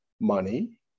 money